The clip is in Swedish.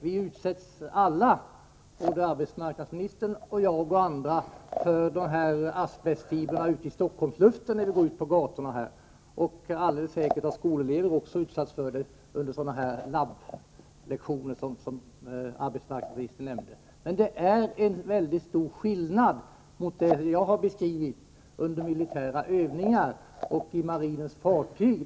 Vi utsätts alla, arbetsmarknadsministern, jag och andra, för asbestfibrer i Stockholmsluften när vi går ute på gatorna, och alldeles säkert har också skolelever utsatts för detta under laborationslektioner, som arbetsmarknadsministern nämnde. Det finns dock en väldig skillnad mot det som jag har beskrivit sker under militära övningar i marinens fartyg.